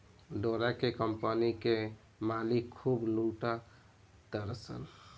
डोरा के कम्पनी के मालिक खूब लूटा तारसन